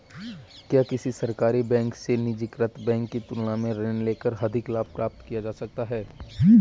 क्या किसी सरकारी बैंक से निजीकृत बैंक की तुलना में ऋण लेकर अधिक लाभ प्राप्त किया जा सकता है?